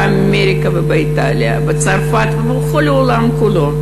באמריקה ובאיטליה, בצרפת ובכל העולם כולו.